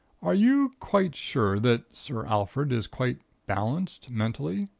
are you quite sure that sir alfred is quite balanced mentally?